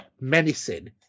menacing